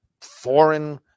foreign